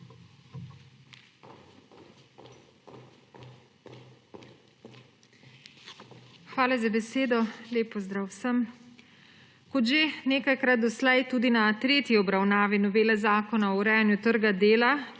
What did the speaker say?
Hvala za besedo. Lep pozdrav vsem! Kot že nekajkrat doslej tudi na tretji obravnavi novele Zakona o urejanju trga dela,